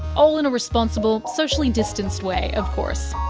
all in a responsible, socially distanced way of course.